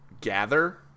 gather